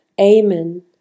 Amen